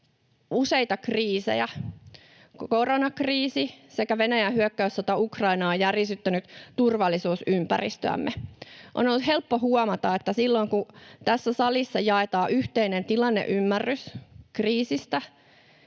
useita kriisejä. Koronakriisi sekä Venäjän hyökkäyssota Ukrainaan ovat järisyttäneet turvallisuusympäristöämme. On ollut helppo huomata, että silloin kun tässä salissa jaetaan yhteinen tilanneymmärrys kriisistä